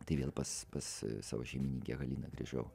tai vėl pas pas savo šeimininkę haliną grįžau